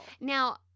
Now